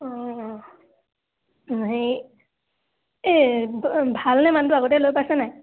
অঁ অঁ এই এই ভালনে মানুহটো আগতে লৈ পাইছে নাই